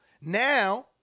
Now